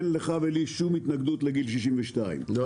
אין לך ולי שום התנגדות לגיל 62. לא.